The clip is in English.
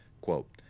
Quote